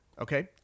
okay